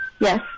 Yes